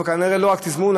אבל זה כנראה לא רק תזמון,